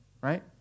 right